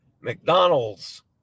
McDonald's